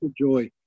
joy